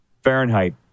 Fahrenheit